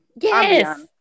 Yes